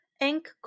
Ink